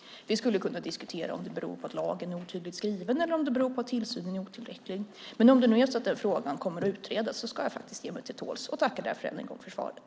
Vi skulle kunna diskutera om det beror på att lagen är otydligt skriven eller om det beror på att tillsynen är otillräcklig. Men om det nu är så att frågan kommer att utredas ger jag mig till tåls. Jag tackar därför ännu en gång för svaret.